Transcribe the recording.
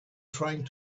trying